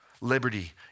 Liberty